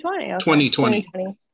2020